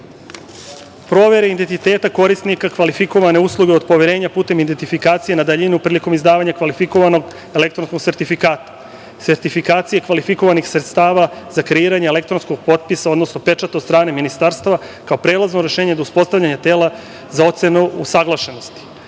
identiteta korisnika kvalifikovane usluge od poverenja putem identifikacije na daljinu prilikom izdavanja kvalifikovanog elektronskog sertifikata. Sertifikacije kvalifikovanih sredstava za kreiranje elektronskog potpisa, odnosno pečata od strane ministarstva kao prelazno rešenje do uspostavljanja tela za ocenu usaglašenosti.